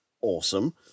awesome